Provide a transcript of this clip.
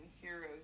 heroes